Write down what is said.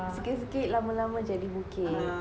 sikit sikit lama lama jadi bukit